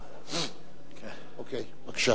בבקשה.